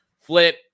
flip